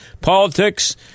politics